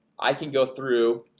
i can go through